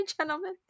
Gentlemen